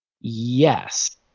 Yes